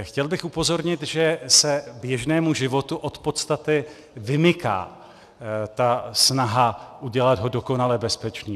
Chtěl bych upozornit, že se běžnému životu od podstaty vymyká ta snaha udělat ho dokonale bezpečný.